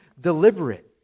deliberate